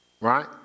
right